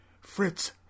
Fritz